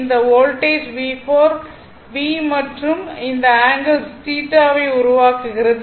இந்த voltage V4 V மற்றும் இந்த ஆங்கிள் θ வை உருவாக்குகிறது